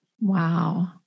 Wow